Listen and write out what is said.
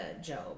Job